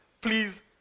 please